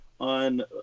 on